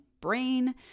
brain